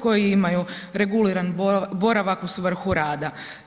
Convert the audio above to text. koji imaju reguliran boravak u svrhu rada.